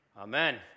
Amen